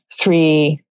three